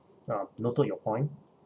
uh noted your point